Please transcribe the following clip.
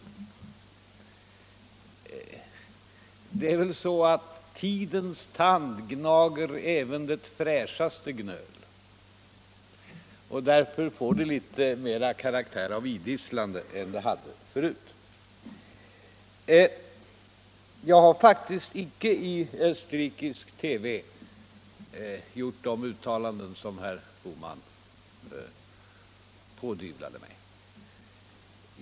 Men det är väl så att tidens tand gnager även det fräschaste gnöl, och det får därför nu litet mera karaktär av idisslande än det hade förut. Jag har faktiskt icke i österrikisk TV gjort de uttalanden som herr Bohman pådyvlade mig.